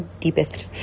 deepest